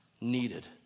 needed